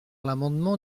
l’amendement